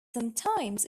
sometimes